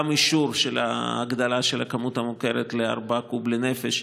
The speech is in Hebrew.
גם אישור של ההגדלה של הכמות המוכרת ל-4 קוב לנפש,